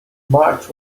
march